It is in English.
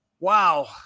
Wow